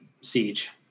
Siege